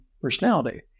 personality